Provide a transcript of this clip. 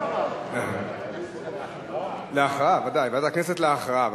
חובת רישום כמפלגה) עברה בקריאה טרומית